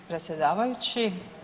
predsjedavajući.